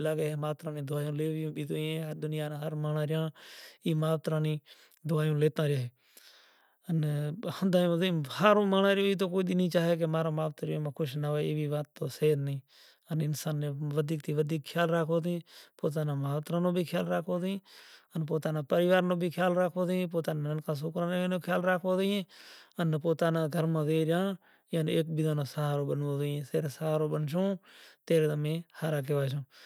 لاگے گیا سے پسے تارا ڈیوی ناں سلوک کہیسے کہ، ستیاں ست ناں چھوڑے ستیاں ست ناں چھوڑے ست چھوڑے تو پت جائے، ست کی باندھل ماتا لچھمی پھر ملے گی کائے